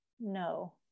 no